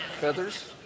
Feathers